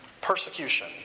persecution